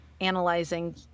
analyzing